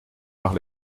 par